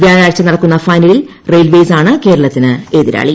വ്യാഴാഴ്ച നടക്കുന്ന ഫൈനലിൽ റെയിൽവേസാണ് കേരളത്തിന് എതിരാളി